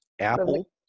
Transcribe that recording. Apple